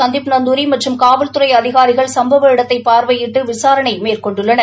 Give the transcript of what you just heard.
சந்தீப் நந்தூரி மற்றும் காவல்துறை அதிகாரிகள் சம்பவ இடத்தைப் பார்வையிட்டு விசாரணை மேற்கொண்டுள்ளனர்